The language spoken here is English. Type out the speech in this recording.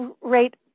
rate